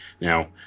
Now